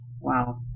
Wow